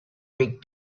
big